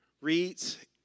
reads